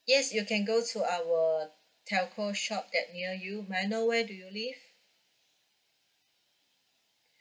yes you can go to our telco shop that near you may I know where do you live